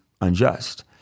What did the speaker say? unjust